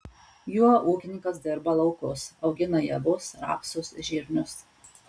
juo ūkininkas dirba laukus augina javus rapsus žirnius